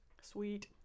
sweet